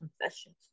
confessions